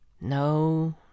No